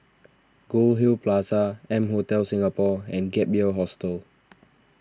Goldhill Plaza M Hotel Singapore and Gap Year Hostel